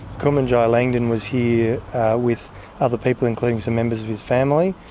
kumanjayi langdon was here with other people, including some members of his family,